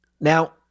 Now